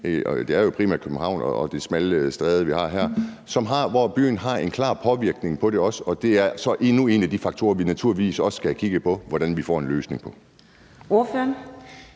byer, primært her i København og det smalle stræde, vi har her, hvor byen har en klar påvirkning på det. Det er så endnu en af de faktorer, vi naturligvis også skal kigge på hvordan vi løser. Kl.